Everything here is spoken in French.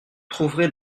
trouverez